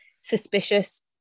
Suspicious